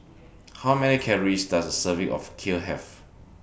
How Many Calories Does Serving of Kheer Have